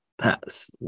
pass